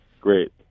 Great